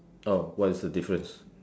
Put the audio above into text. oh what is the difference